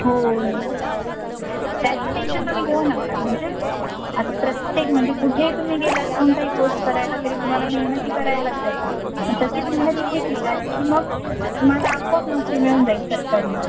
हो जास्त टेन्शन तुम्ही घेऊ नका म्हणजे आता प्रत्येक म्हणजे कुठेही तुम्ही गेलात कोणताही कोर्स करायला तरी तुम्हाला मेहनतही करायलाच ह मग तशीच मेहनत इथे केलात की मग तुम्हाला आपोआप नोकरी मिळून जाईल सरकारी